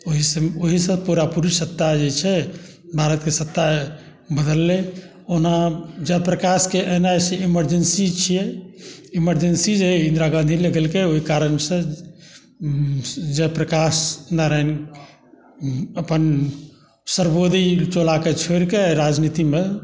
ओहिसँ पुरा पुरी सत्ता जे छै भारतके सत्ता बदललै ओना जयप्रकाशके ऐना इमरजेन्सी छियै इमरजेन्सी जे इन्दिरा गाँधी लगेलकै ओहि कारणसँ जयप्रकाश नारायण अपन सर्वोदय चलाकऽ छोड़ि कऽ राजनीतिमे